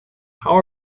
how